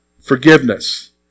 Forgiveness